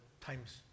time's